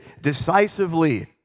decisively